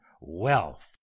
wealth